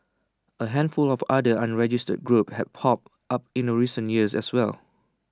A handful of other unregistered groups have popped up in A recent years as well